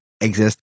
exist